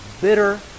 bitter